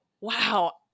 Wow